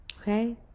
okay